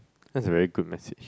that's a very good message